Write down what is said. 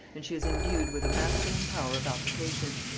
and she is endued with a masculine power of application.